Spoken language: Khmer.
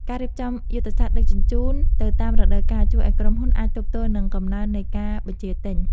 ការរៀបចំយុទ្ធសាស្ត្រដឹកជញ្ជូនទៅតាមរដូវកាលជួយឱ្យក្រុមហ៊ុនអាចទប់ទល់នឹងកំណើននៃការបញ្ជាទិញ។